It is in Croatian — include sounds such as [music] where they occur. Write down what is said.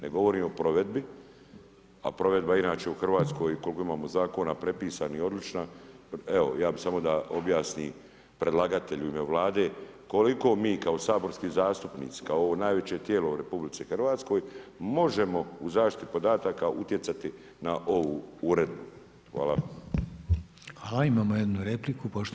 Ne govorim o provedbi, a provedba inače u Hrvatskoj, koliko imamo zakona prepisanih, ... [unintelligible] evo, ja bih samo da objasni predlagatelj u ime Vlade koliko mi kao saborski zastupnici, kao ovo najveće tijelo u RH možemo u zaštiti podataka utjecati na ovu Uredbu.